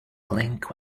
clink